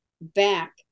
back